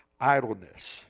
idleness